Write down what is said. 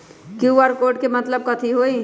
QR code के मतलब कथी होई?